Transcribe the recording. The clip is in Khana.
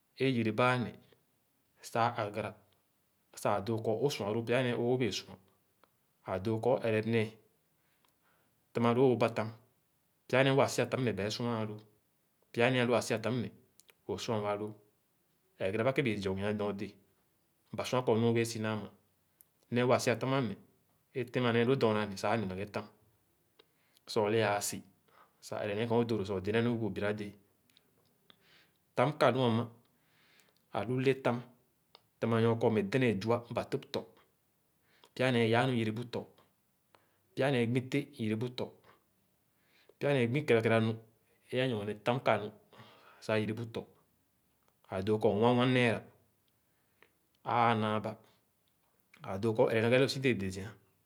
. É yẽrẽba ãneh sah ã agara sah ã dõõ kɔ ó sua lõõ pya nẽẽ õõ bẽẽ sua, ã dõõ kɔ õ ẽrẽ nẽẽ. Tẽmã lõõ õ batam, pya nẽẽ wãã si-a tanɔ ne bae sua lõõ, pya nẽẽ aló wãã si-a tanɔ ne, õ sua wa lõõ. Ereba ké bui zugea nordee, ba sua kɔ nu õ bẽẽ si nãã ma. Nẽẽ wãã si-a tam ne, é témà dɔɔna ne sah ne na ghe tam sah õ le ãã si, õ ẽrẽ nee kẽ õ dõõdə sah õ de nu bu biradẽẽ Tam kà nu ãmã, ãlu letam tẽmà nɔr kɔ dɛ̃dɛ̃ɛ̃n zua ba tõp tɔ, pya nẽẽ yaa nu yerebu tɔ, pya nẽẽ gbi téh yerebu tɔ; pya nẽẽ gbi kẽra kẽra nu é nyorne tam kãnu sah yerebu tɔ, ã dõõ kɔr one-one naira ãã naa ba, ãã kɔ aló õ ere nee alõõ si dee dé zià.